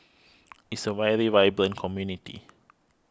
is a very vibrant community